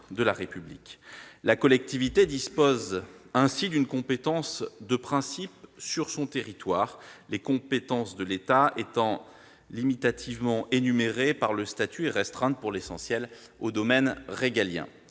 La collectivité dispose ainsi d'une compétence de principe sur son territoire, les compétences de l'État étant limitativement énumérées par le statut et restreintes pour l'essentiel au domaine régalien.